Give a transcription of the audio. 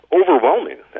overwhelming